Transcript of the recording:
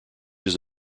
his